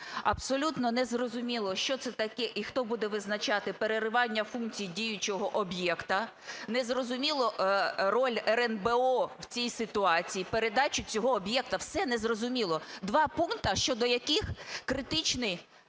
Абсолютно не зрозуміло, що це таке і хто буде визначати переривання функцій діючого об'єкта, не зрозуміло роль РНБО в цій ситуації, передачу цього об'єкта, все не зрозуміло. Два пункти, щодо яких критичний,